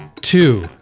two